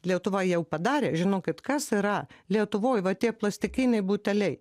lietuva jau padarė žinokit kas yra lietuvoj va tie plastikiniai buteliai